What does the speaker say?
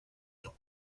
temps